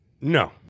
No